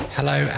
Hello